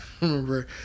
remember